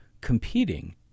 competing